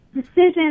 decision